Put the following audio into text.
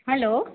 hello